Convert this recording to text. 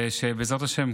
ושבעזרת השם,